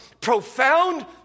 profound